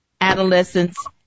adolescents